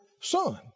son